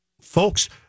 folks